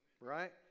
right